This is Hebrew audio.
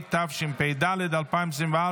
התשפ"ד 2024,